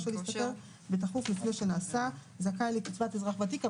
להשתכר בתכוף לפני שנעשה זכאי לקצבת אזרח ותיק.